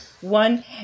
one